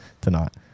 tonight